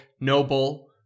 noble